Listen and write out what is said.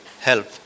help